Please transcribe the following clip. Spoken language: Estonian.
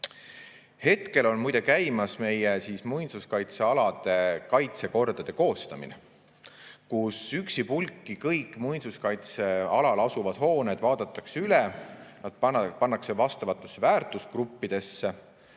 Hetkel on muide käimas muinsuskaitsealade kaitsekordade koostamine, kus üksipulgi kõik muinsuskaitsealal asuvad hooned vaadatakse üle, pannakse vastavatesse väärtusgruppidesse